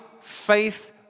faith